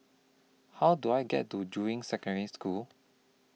How Do I get to Juying Secondary School